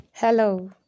Hello